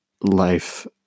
life